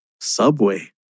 Subway